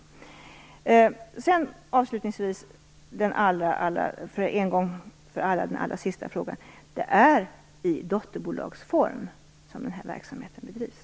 Avslutningsvis vill jag en gång för alla svara på den allra sista frågan. Det är i dotterbolagsform som verksamheten bedrivs.